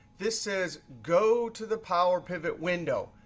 this says go to the power pivot window.